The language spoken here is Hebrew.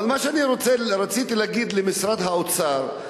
אבל מה שאני רציתי להגיד למשרד האוצר,